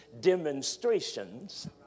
demonstrations